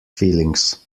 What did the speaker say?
feelings